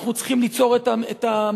אנחנו צריכים ליצור את המערכות,